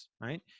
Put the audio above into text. right